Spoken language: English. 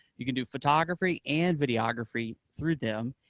you can do photography and videography through them,